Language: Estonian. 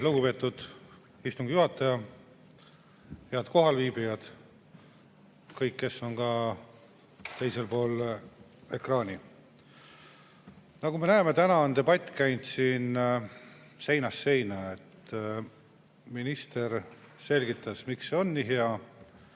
Lugupeetud istungi juhataja! Head kohalviibijad! Kõik, kes on ka teisel pool ekraani! Nagu me näeme, täna on debatt käinud siin seinast seina. Minister selgitas, miks see on nii hea,